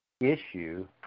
issue